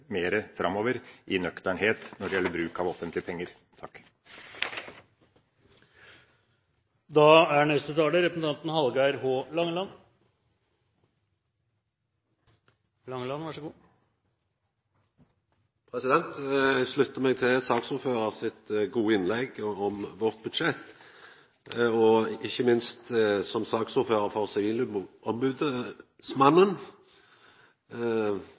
nøkternhet framover når det gjelder bruk av offentlige penger. Eg sluttar meg til saksordføraren sitt gode innlegg om vårt budsjett. Ikkje minst som saksordførar for